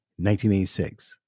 1986